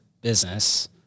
business